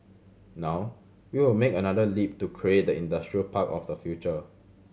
now we will make another leap to create the industrial park of the future